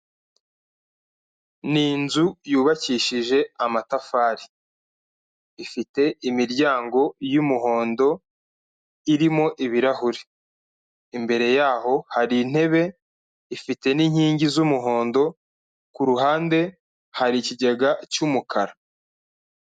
Ni inzu yubakishije amatafari, ifite imiryango y'umuhondo irimo ibirahuri, imbere yaho hari intebe, ifite n'inkingi z'umuhondo, ku ruhande hari ikigega cy'umukara.